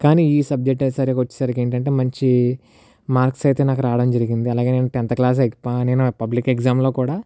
కానీ ఈ సబ్జెక్ట్ సరికి వచ్చేసరికి ఏంటంటే మంచి మార్క్స్ అయితే నాకు రావడం జరిగింది అలాగే నేను టెన్త్ క్లాస్ నేను పబ్లిక్ ఎగ్జామ్ లో కూడా